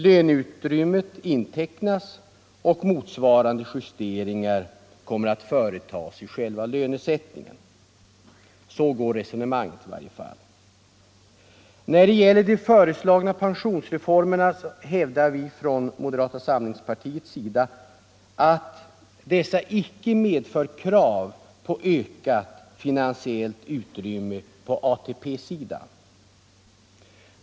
Löneutrymmet intecknas, och motsvarande justering kommer att företas vid själva lönesättningen. Så går resonemanget i varje fall. Från moderata samlingspartiets sida hävdar vi att de föreslagna pensionsreformerna icke medför krav på ökat finansiellt utrymme på ATP sidan.